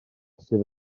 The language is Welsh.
sydd